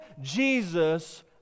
Jesus